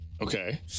okay